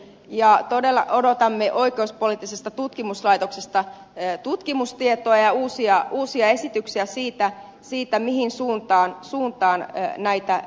odotamme todella oikeuspoliittisesta tutkimuslaitoksesta tutkimustietoa ja uusia esityksiä siitä mihin suuntaan näitä